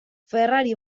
ferrari